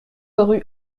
rue